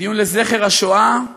הדיון לזכר השואה,